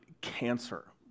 cancer